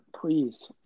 please